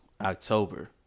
October